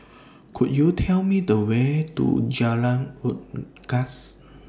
Could YOU Tell Me The Way to Jalan Unggas